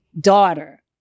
daughter